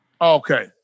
Okay